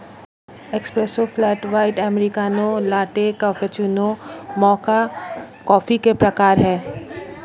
espresso, flat white, americano, latte, cappuccino, mocha coffee के प्रकार हैं